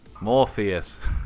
Morpheus